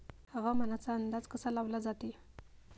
हवामानाचा अंदाज कसा लावला जाते?